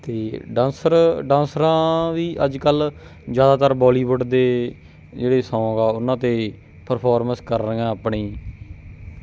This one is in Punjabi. ਅਤੇ ਡਾਂਸਰ ਡਾਂਸਰਾਂ ਵੀ ਅੱਜ ਕੱਲ੍ਹ ਜ਼ਿਆਦਾਤਰ ਬੋਲੀਵੁੱਡ ਦੇ ਜਿਹੜੇ ਸੌਂਗ ਆ ਉਹਨਾਂ 'ਤੇ ਪਰਫੋਰਮੈਂਸ ਕਰ ਰਹੀਆਂ ਆਪਣੀ